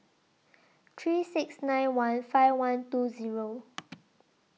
three six nine one five one two Zero